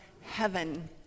heaven